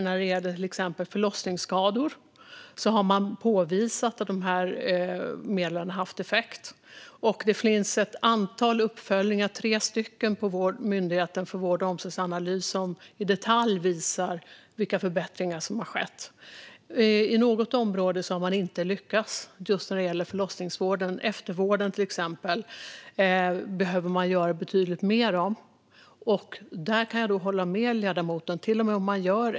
När det gäller förlossningsskador till exempel har man påvisat att medlen har haft effekt. Och det finns ett antal uppföljningar - tre stycken på Myndigheten för vård och omsorgsanalys - som i detalj visar vilka förbättringar som har skett. På något område har man inte lyckats när det gäller förlossningsvården: eftervården, till exempel. Den behöver man göra betydligt mer av. Där kan jag hålla med ledamoten.